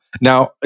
Now